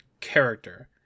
character